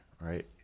right